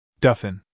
Duffin